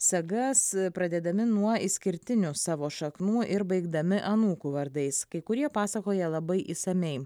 sagas pradėdami nuo išskirtinių savo šaknų ir baigdami anūkų vardais kai kurie pasakoja labai išsamiai